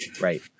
right